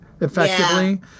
effectively